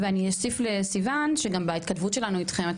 ואני אוסיף לסיון שגם בהתכתבות שלנו איתכם,